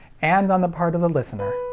and on the part of the listener.